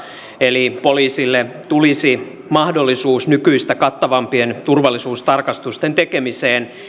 eli poliisille tulisi mahdollisuus nykyistä kattavampien turvallisuustarkastusten tekemiseen